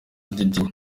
didier